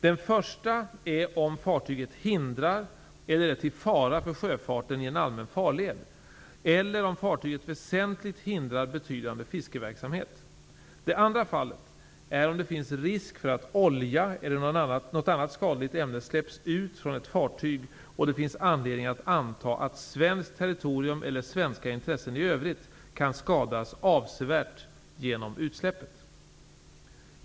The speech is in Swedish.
Den första är om fartyget hindrar eller är till fara för sjöfarten i en allmän farled eller om fartyget väsentligt hindrar betydande fiskeverksamhet. Det andra fallet är om det finns risk för att olja eller något annat skadligt ämne släpps ut från ett fartyg och det finns anledning att anta att svenskt territorium eller svenska intressen i övrigt avsevärt kan skadas genom utsläppet.